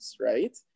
right